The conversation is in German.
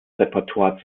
repertoire